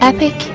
Epic